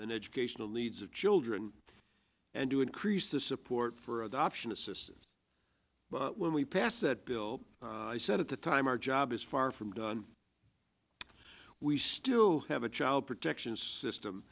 and educational needs of children and to increase the support for adoption assistance but when we pass that bill i said at the time our job is far from done we still have a child protection system